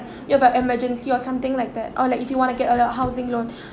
you have an emergency or something like that or like if you want to get your housing loan